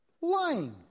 lying